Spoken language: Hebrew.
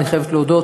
אני חייבת להודות,